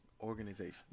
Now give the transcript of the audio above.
organization